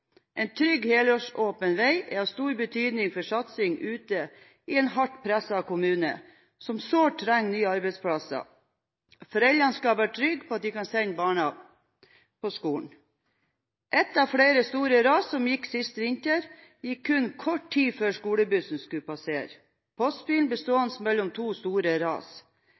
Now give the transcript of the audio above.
En trygg helårsåpen vei er av stor betydning for satsing ute i en hardt presset kommune som sårt trenger nye arbeidsplasser. Foreldre skal være trygge på at de kan sende barna til skolen. Ett av flere store ras som gikk sist vinter, gikk kun kort tid før skolebussen skulle passere. Postbilen ble stående mellom to store ras.